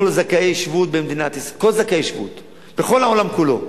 כל זכאי שבות בכל העולם כולו,